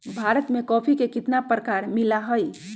भारत में कॉफी के कितना प्रकार मिला हई?